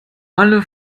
alle